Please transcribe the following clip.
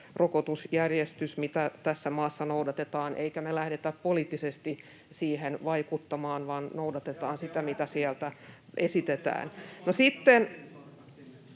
rokotusjärjestys, mitä tässä maassa noudatetaan, eikä me lähdetä poliittisesti siihen vaikuttamaan [Ben Zyskowicz: Te olette jo lähteneet,